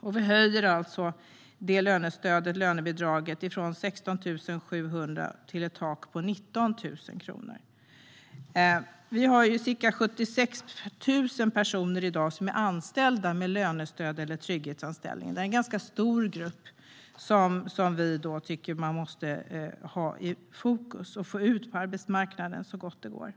Vi vill alltså höja lönestödet, lönebidraget, från 16 700 kronor till ett tak på 19 000 kronor. Vi har i dag ca 76 000 personer som är anställda med lönestöd eller trygghetsanställning. Det är en ganska stor grupp som man måste ha i fokus och få ut på arbetsmarknaden så gott det går.